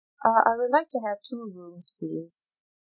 uh I would like to have two rooms please